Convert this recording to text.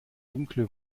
dunkle